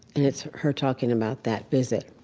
and it's her talking about that visit